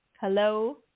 Hello